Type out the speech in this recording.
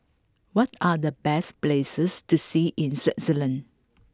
what are the best places to see in Swaziland